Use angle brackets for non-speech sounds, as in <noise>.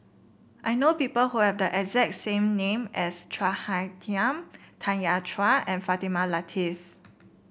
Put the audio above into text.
I know people who have the exact same name as Chua Hai <unintelligible> Tanya Chua and Fatimah Lateef